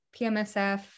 PMSF